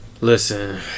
Listen